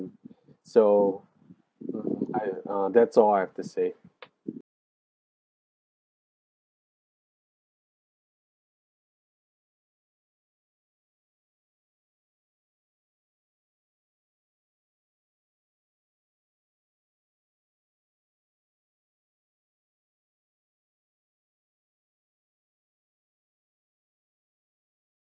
so mm I uh that's all I have to say